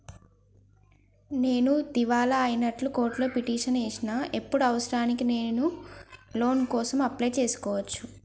నేను దివాలా అయినట్లు కోర్టులో పిటిషన్ ఏశిన ఇప్పుడు అవసరానికి నేను లోన్ కోసం అప్లయ్ చేస్కోవచ్చా?